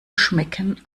schmecken